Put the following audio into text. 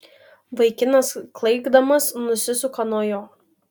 vaikinas klaikdamas nusisuka nuo jo